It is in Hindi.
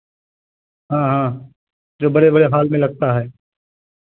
हाँ हाँ जो बड़े बड़े हॉल में लगता है